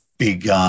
Big